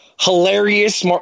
hilarious